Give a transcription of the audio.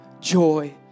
joy